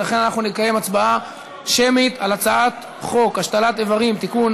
ולכן נקיים הצבעה שמית על הצעת חוק השתלת אברים (תיקון,